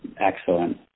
Excellent